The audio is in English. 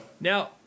Now